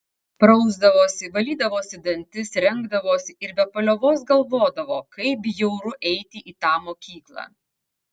prausdavosi valydavosi dantis rengdavosi ir be paliovos galvodavo kaip bjauru eiti į tą mokyklą